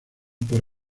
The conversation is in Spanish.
por